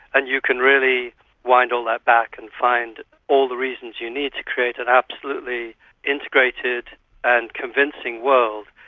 and you can really wind all that back and find all the reasons you need to create an absolutely integrated and convincing world.